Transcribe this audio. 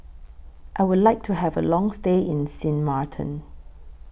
I Would like to Have A Long stay in Sint Maarten